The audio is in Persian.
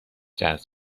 جذب